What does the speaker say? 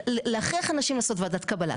להכריח אנשים לעשות ועדת קבלה.